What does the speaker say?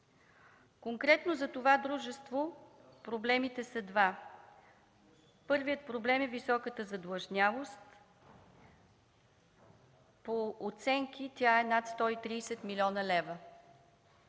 Конкретно за това дружество проблемите са два. Първият проблем е високата задлъжнялост. По оценки, тя е над 130 млн. лв.